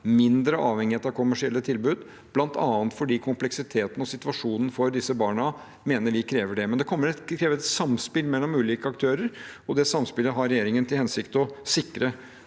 mindre avhengighet av kommersielle tilbud, bl.a. fordi vi mener kompleksiteten og situasjonen for disse barna krever det. Men det krever et samspill mellom ulike aktører, og det samspillet har regjeringen til hensikt å sikre